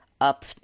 up